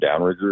downriggers